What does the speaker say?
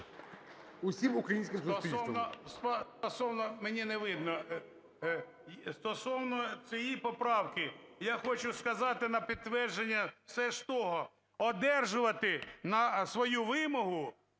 усім українським суспільством.